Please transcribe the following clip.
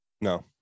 No